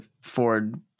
Ford